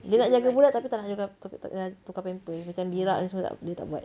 dia nak jaga budak tapi tak nak jaga tak nak tukar pampers macam berak ni semua tak dia tak buat